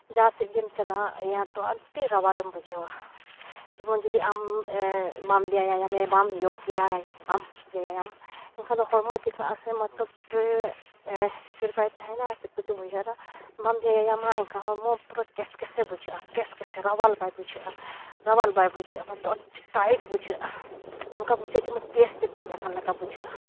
ᱡᱟᱦᱟᱸ ᱥᱮᱫ ᱜᱮᱢ ᱪᱟᱞᱟᱜᱼᱟ ᱭᱟᱛᱚ ᱟᱹᱰᱤ ᱨᱟᱣᱟᱞᱮᱢ ᱵᱩᱡᱷᱟᱹᱣᱟ ᱡᱮᱢᱚᱱ ᱡᱩᱫᱤ ᱟᱢ ᱵᱟᱢ ᱵᱮᱭᱟᱢᱟ ᱵᱟᱢ ᱡᱳᱜᱽ ᱵᱮᱭᱟᱢᱟ ᱵᱟᱢ ᱵᱮᱭᱟᱢᱟ ᱮᱱᱠᱷᱟᱱ ᱫᱚ ᱦᱚᱲᱢᱚ ᱪᱮᱠᱟᱜᱼᱟ ᱥᱮ ᱢᱟᱛᱚᱵᱽ ᱤᱥᱛᱷᱤᱨ ᱵᱟᱭ ᱛᱟᱦᱮᱸᱱᱟ ᱪᱮᱫ ᱠᱚᱪᱚᱢ ᱩᱭᱦᱟᱹᱨᱟ ᱵᱟᱢ ᱵᱮᱭᱟᱢᱟ ᱮᱱᱠᱷᱟᱱ ᱦᱚᱲᱢᱚ ᱯᱩᱨᱟᱹ ᱠᱮᱥᱼᱠᱮᱥᱮ ᱵᱩᱡᱷᱟᱹᱜᱼᱟ ᱠᱮᱥᱼᱠᱮᱥᱮ ᱨᱟᱣᱟᱞ ᱵᱟᱭ ᱵᱩᱡᱷᱟᱹᱜᱼᱟ ᱨᱟᱣᱟᱞ ᱵᱟᱭ ᱵᱩᱡᱷᱟᱹᱜᱼᱟ ᱢᱟᱛᱞᱚᱵᱽ ᱟᱹᱰᱤ ᱴᱟᱹᱭᱤᱴ ᱵᱩᱡᱷᱟᱹᱜᱼᱟ ᱚᱱᱠᱟ ᱵᱩᱡᱷᱟᱹᱜᱼᱟ ᱡᱮᱢᱚᱱ ᱜᱮᱥᱛᱮ ᱯᱮᱨᱮᱡᱽ ᱟᱠᱟᱱ ᱞᱮᱠᱟ ᱵᱩᱡᱷᱟᱹᱜᱼᱟ